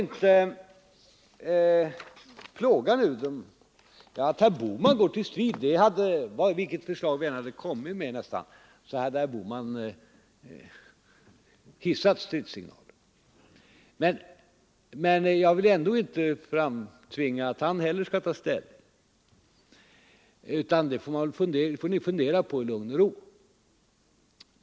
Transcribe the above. Att herr Bohman går till strid förvånar mig inte — vilket förslag vi än hade kommit med nästan skulle herr Bohman ha hissat stridssignaler. Men jag vill ändå inte framtvinga ett ställningstagande från hans sida, utan detta får man väl nu fundera på i lugn och ro.